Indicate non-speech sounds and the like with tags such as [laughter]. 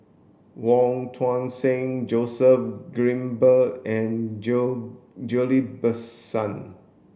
Wong Tuang Seng Joseph Grimberg and [unintelligible] Ghillie Basan